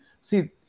See